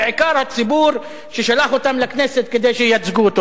במיוחד הציבור ששלח אותם לכנסת כדי שייצגו אותו.